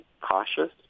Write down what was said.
cautious